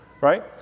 right